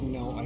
no